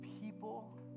people